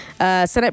Senate